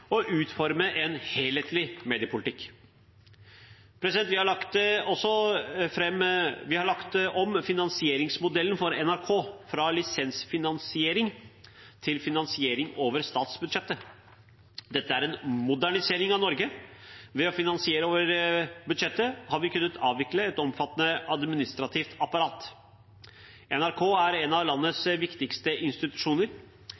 utforme en helhetlig mediepolitikk. Vi har lagt om finansieringsmodellen for NRK fra lisensfinansiering til finansiering over statsbudsjettet. Dette er en modernisering av Norge. Ved å finansiere over budsjettet har vi kunnet avvikle et omfattende administrativt apparat. NRK er en av